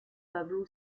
pablo